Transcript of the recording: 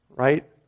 right